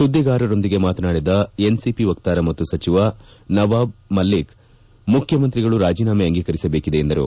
ಸುದ್ದಿಗಾರರೊಂದಿಗೆ ಮಾತನಾಡಿದ ಎನ್ಸಿಪಿ ವಕ್ತಾರ ಮತ್ತು ಸಚಿವ ನವಾಬ್ ಮಲ್ಲಿಕ್ ಮುಖ್ಯಮಂತ್ರಿಗಳು ರಾಜೀನಾಮೆ ಅಂಗೀಕರಿಸಬೇಕಿದೆ ಎಂದರು